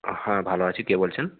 হ্যাঁ ভালো আছি কে বলছেন